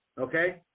Okay